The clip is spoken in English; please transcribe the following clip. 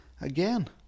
again